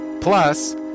Plus